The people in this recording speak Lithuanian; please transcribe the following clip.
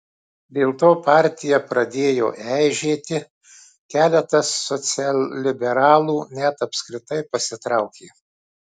dėl to partija pradėjo eižėti keletas socialliberalų net apskritai pasitraukė